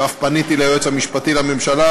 ואף פניתי ליועץ המשפטי לממשלה,